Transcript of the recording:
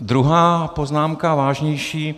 Druhá poznámka, vážnější.